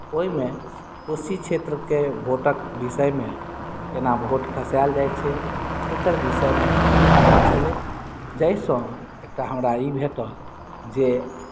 ओहिमे कोशी क्षेत्रके भोटक विषयमे केना भोट खसायल जाइत छै ओकर विषयमे कथा छलै जाहिसँ एकटा हमरा ई भेटल जे